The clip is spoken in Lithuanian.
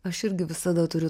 aš irgi visada turiu